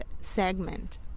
segment